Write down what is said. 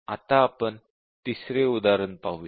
आता तिसरे उदाहरण पाहूया